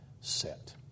set